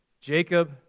Jacob